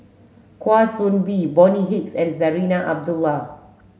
Kwa Soon Bee Bonny Hicks and Zarinah Abdullah